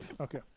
Okay